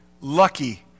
lucky